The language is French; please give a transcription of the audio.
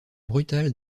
brutale